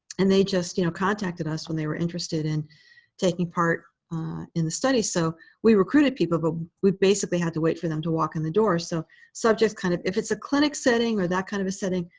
and they just you know contacted us when they were interested in taking part in the study. so we recruited people, but we basically had to wait for them to walk in the door. so subjects kind of if it's a clinic setting or that kind of a setting,